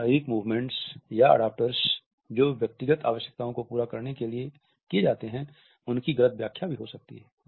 कई शारीरिक मूवमेंट्स या अडॉप्टर्स जो व्यक्तिगत आवश्यकताओं को पूरा करने के लिए किये जाते हैं उनकी गलत व्याख्या भी हो सकती हैं